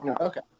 Okay